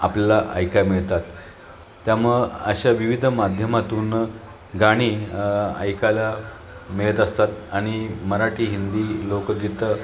आपल्याला ऐकाय मिळतात त्यामुळं अशा विविध माध्यमातून गाणी ऐकायला मिळत असतात आणि मराठी हिंदी लोकगीतं